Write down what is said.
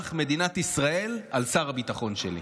כאזרח מדינת ישראל, על שר הביטחון שלי.